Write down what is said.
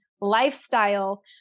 lifestyle